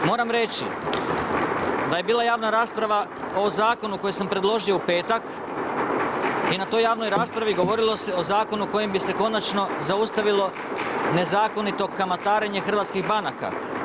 Moram reći da je bila javna rasprava o zakonu koji sam predložio u petak i na toj javnoj raspravi, govorilo se o zakonu kojim bi se konačno zaustavilo, nezakonito kamatarenje hrvatskih banaka.